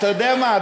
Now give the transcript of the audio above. אתה יודע מה?